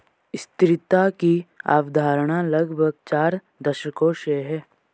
स्थिरता की अवधारणा लगभग चार दशकों से है